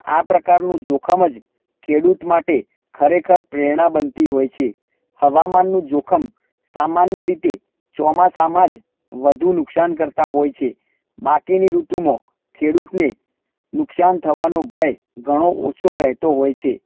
આ પ્રકારનું જોખમ જ ખેડૂત માટે ખરેખર પ્રેરણા બનતી હોય છે હવામાનનું જોખમ સામાન્ય રીતે ચોમાસામાં જ વધુ નુકસાનકર્તા હોય છે બાકીની ઋતુમાં ખેડૂતને નુકસાન થવાનો ભય ઘણો ઓછો રહેતો હોય છે